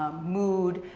mood.